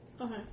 Okay